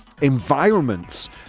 environments